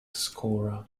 scorer